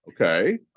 Okay